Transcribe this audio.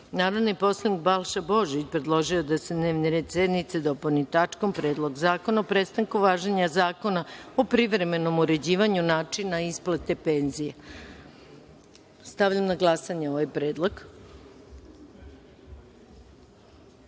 predlog. Narodni poslanik Balša Božović predložio je da se dnevni red sednice dopuni tačkom – Predlog zakona o prestanku važenja Zakona o privremenom uređivanju načina isplate penzija. Stavljam na glasanje ovaj